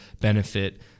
benefit